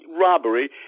robbery